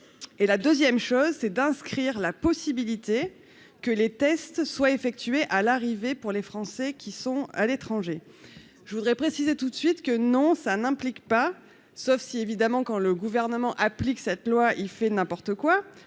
et la 2ème chose c'est d'inscrire la possibilité que les tests soient effectués à l'arrivée pour les Français qui sont à l'étranger, je voudrais préciser tout de suite que non ça n'implique pas, sauf si évidemment quand le gouvernement applique cette loi, il fait n'importe quoi,